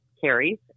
carries